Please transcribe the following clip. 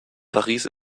paris